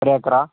ഒരു ഏക്കറാണോ